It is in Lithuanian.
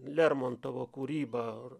lermontovo kūryba